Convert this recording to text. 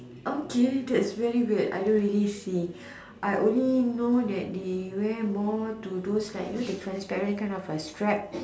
okay that's very weird I don't really see I only know that they wear more to those like you know the transparent kind of a strap